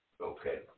Okay